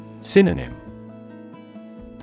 Synonym